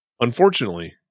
Unfortunately